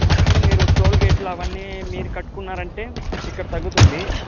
అక్కడ మీరు టోల్ గేట్లు అవన్నీ మీరు కట్టుకున్నారంటే ఇక్కడ తగ్గుతుంది